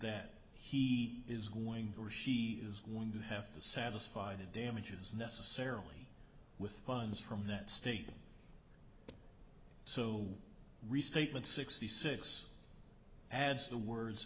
that he is going or she is going to have to satisfy the damages necessarily with funds from that state so restatements sixty six as the words